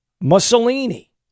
Mussolini